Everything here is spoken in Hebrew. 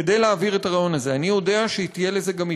כדי להעביר את הרעיון הזה.